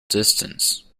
distance